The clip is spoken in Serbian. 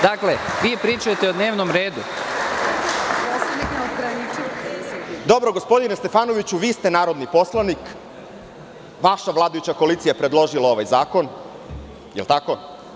Dakle, vi pričate o dnevnom redu.) Dobro, gospodine Stefanoviću, vi ste narodni poslanik, vaša vladajuća koalicija je predložila ovaj zakon, jel tako?